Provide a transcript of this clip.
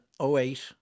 08